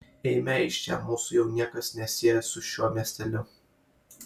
eime iš čia mūsų jau niekas nesieja su šiuo miesteliu